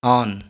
on